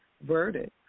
verdict